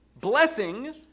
Blessing